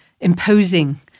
imposing